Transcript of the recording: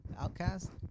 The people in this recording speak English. outcast